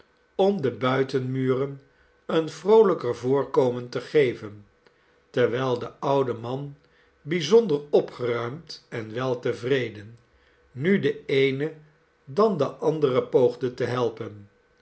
om de buitenmuren een vroolijker voorkomen te geven terwijl de oude man bijzonder opgeruimd en weltevreden nu de eene dan den anderen poogde te helpen